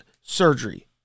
surgery